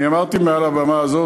אני אמרתי מעל הבמה הזאת,